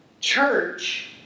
church